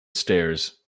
stairs